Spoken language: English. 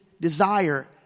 desire